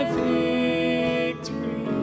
victory